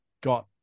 got